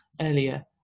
earlier